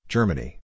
Germany